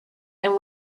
and